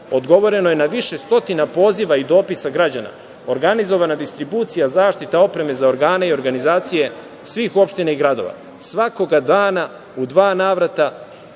Odgovoreno je na više stotina poziva i dopisa građana. Organizovana je distribucija zaštitne opreme za organe i organizacije svih opština i gradova. Svakoga dana u dva navrata